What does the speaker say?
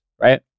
Right